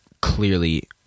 clearly